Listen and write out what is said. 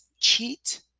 cheat